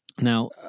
Now